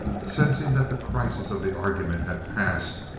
sensing that the crisis of the argument had passed,